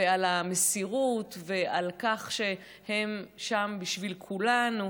ועל המסירות, ועל כך שהם שם בשביל כולנו.